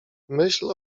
myśl